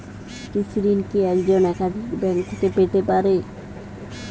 কৃষিঋণ কি একজন একাধিক ব্যাঙ্ক থেকে পেতে পারে?